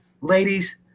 Ladies